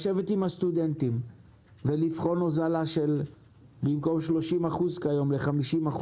לשבת עם הסטודנטים ולבחון הוזלה במקום 35% כיום ל-50%.